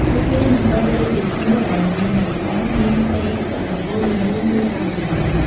ពួកគេនឹងប្ដូរទៅជាឈ្មោះដែលមានន័យថា "មាន" "ជ័យ" "សុភមង្គល" "រុងរឿង" ឬ "សាមគ្គី" វិញ។